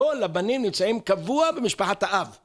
כל הבנים נמצאים קבוע במשפחת האב.